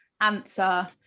answer